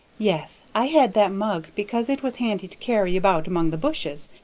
yes. i had that mug because it was handy to carry about among the bushes,